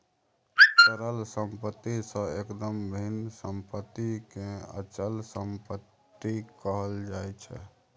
तरल सम्पत्ति सँ एकदम भिन्न सम्पत्तिकेँ अचल सम्पत्ति कहल जाइत छै